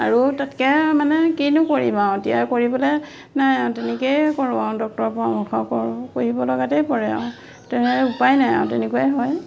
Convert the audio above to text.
আৰু তাতকৈ মানে কিনো কৰিম আৰু এতিয়া কৰিবলৈ নাই আৰু তেনেকৈয়ে কৰোঁ আৰু ডক্টৰৰ পৰামৰ্শ কৰোঁ কৰিব লগাতেই পৰে আৰু তেনেকুৱাই উপায় নাই আৰু তেনেকুৱাই হয়